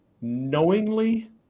knowingly